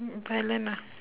in thailand ah